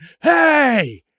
Hey